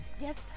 yes